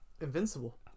invincible